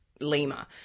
Lima